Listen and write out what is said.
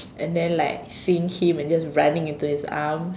and then like seeing him and just running into his arms